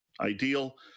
ideal